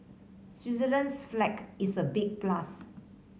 Switzerland's flag is a big plus